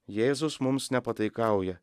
jėzus mums nepataikauja